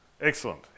Excellent